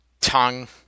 tongue